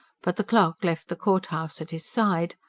but the clerk left the courthouse at his side.